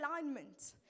alignment